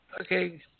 Okay